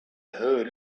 heard